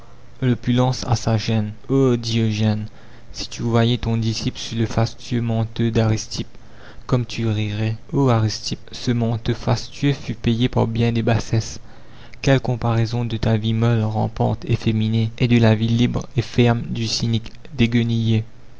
l'opulence a sa gêne o diogène si tu voyais ton disciple sous le fastueux manteau d'aristippe comme tu rirais o aristippe ce manteau fastueux fut payé par bien des bassesses quelle comparaison de ta vie molle rampante efféminée et de la vie libre et ferme du cynique